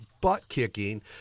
butt-kicking